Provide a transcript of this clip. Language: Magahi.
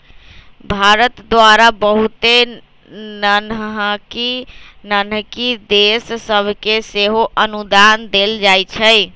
भारत द्वारा बहुते नन्हकि नन्हकि देश सभके सेहो अनुदान देल जाइ छइ